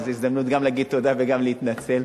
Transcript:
וזו הזדמנות גם להגיד תודה וגם להתנצל,